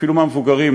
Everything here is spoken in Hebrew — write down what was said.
אפילו מהמבוגרים,